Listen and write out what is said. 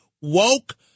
woke